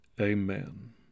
amen